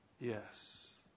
Yes